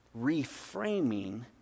Reframing